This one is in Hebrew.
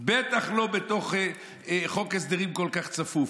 בטח לא בתוך חוק הסדרים כל כך צפוף,